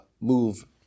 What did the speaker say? move